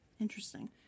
Interesting